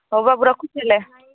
ହଉ ବାବୁ ରଖୁଛି ହେଲେ